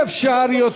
בלתי אפשרי.